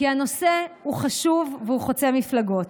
כי הנושא הוא חשוב והוא חוצה מפלגות.